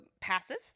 passive